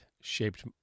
shaped